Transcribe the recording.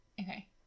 okay